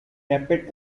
rapid